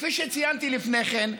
כפי שציינתי לפניכם,